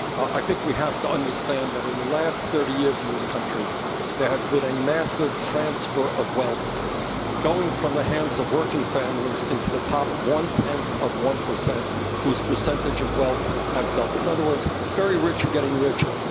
i think we have to understand that in the last thirty years in this country there has been a massive transfer of wealth wealth going from the hands of working families into the top one-tenth of one percent whose percentage of wealth has doubled. in other words, the very rich are getting richer,